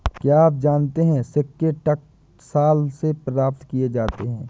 क्या आप जानते है सिक्के टकसाल से प्राप्त किए जाते हैं